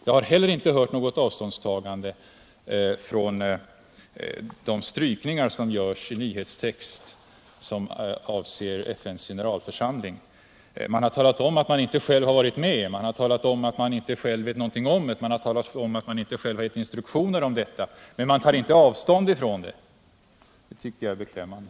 Jag har inte heller hört något avståndstagande när det gäller de strykningar som görs i nyhetstext som avser FN:s generalförsamling. Man har här talat om att man inte själv har varit med, man har talat om att man inte själv vet någonting om det, man har talat om att man inte själv har givit instruktioner om detta. Men man tar inte avstånd ifrån det, och det tycker jag är beklämmande.